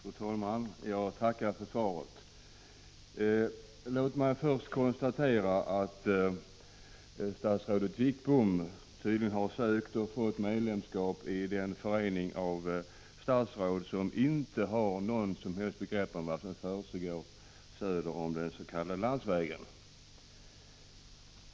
Fru talman! Jag tackar för svaret. Låt mig först konstatera att statsrådet Wickbom tydligen har sökt och fått medlemskap i den förening av statsråd som inte har något som helst begrepp om vad som försiggår söder om den s.k. landsvägen.